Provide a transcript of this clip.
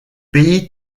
pays